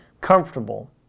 comfortable